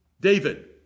David